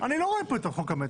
אני לא רואה פה את חוק המטרו,